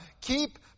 keep